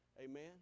Amen